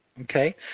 Okay